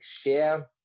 share